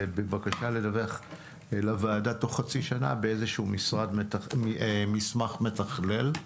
ובבקשה לדווח לוועדה בתוך חצי שנה באיזשהו מסמך מתכלל.